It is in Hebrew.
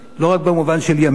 לא רק במובן של ימים.